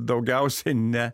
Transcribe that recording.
daugiausia ne